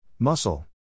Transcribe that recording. Muscle